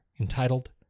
entitled